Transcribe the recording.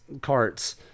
carts